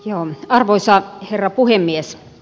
ja arvoisa herra puhemies